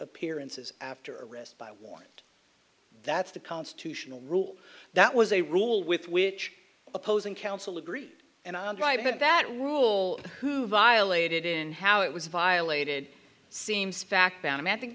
appearances after a risk by one that's the constitutional rule that was a rule with which opposing counsel agree and i'll drive it that rule who violated in how it was violated seems fact and a man think